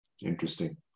Interesting